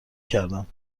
کردم